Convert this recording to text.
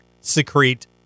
secrete